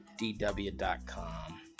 DW.com